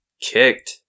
kicked